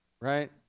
Right